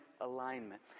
alignment